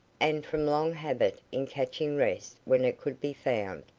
and, from long habit in catching rest when it could be found,